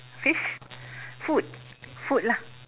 fish food food lah